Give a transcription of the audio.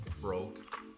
broke